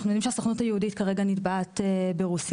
אנחנו יודעים שהסוכנות היהודית כרגע נתבעת ברוסיה